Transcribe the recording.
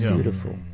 Beautiful